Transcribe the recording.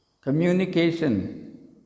communication